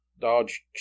Dodge